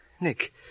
Nick